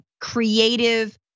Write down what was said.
creative